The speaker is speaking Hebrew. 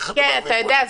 כולם למעלה,